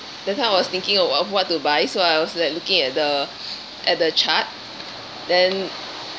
that time I was thinking of wha~ what to buy so I was like looking at the at the chart then